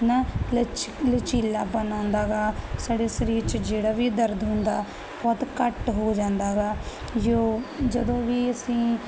ਹਨਾ ਲਚ ਲਚੀਲਾਪਨ ਆਉਂਦਾ ਗਾ ਸਾਡੇ ਸਰੀਰ ਚ ਜਿਹੜਾ ਵੀ ਦਰਦ ਹੁੰਦਾ ਬਹੁਤ ਘੱਟ ਹੋ ਜਾਂਦਾ ਗਾ ਜੋ ਜਦੋਂ ਵੀ ਅਸੀਂ